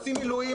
עושים מילואים,